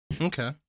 Okay